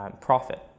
profit